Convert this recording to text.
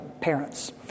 parents